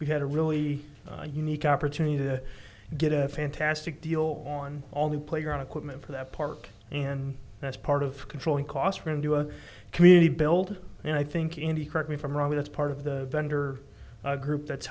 we had a really unique opportunity to get a fantastic deal on all the playground equipment for that park and that's part of controlling costs renew our community build and i think any correct me if i'm wrong it's part of the vendor group that's